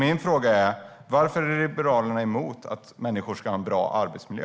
Min fråga är: Varför är Liberalerna emot att människor ska ha en bra arbetsmiljö?